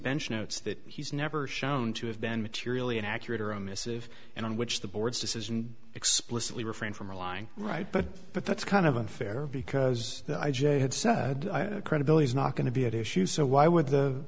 bench notes that he's never shown to have been materially inaccurate or a missive and on which the board's decision explicitly refrained from relying right but but that's kind of unfair because i j had said credibility is not going to be at issue so why would the